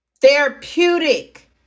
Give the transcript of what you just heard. therapeutic